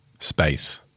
Space